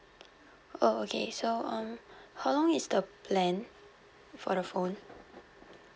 oh okay so um how long is the plan for the phone oh